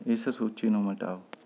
ਇਸ ਸੂਚੀ ਨੂੰ ਮਿਟਾਓ